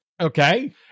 Okay